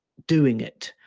doing it.